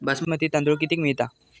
बासमती तांदूळ कितीक मिळता?